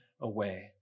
away